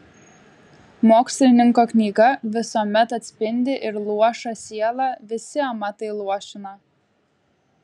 mokslininko knyga visuomet atspindi ir luošą sielą visi amatai luošina